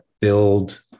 build